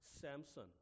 Samson